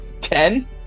ten